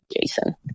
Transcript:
Jason